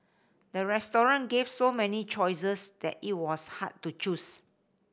the restaurant gave so many choices that it was hard to choose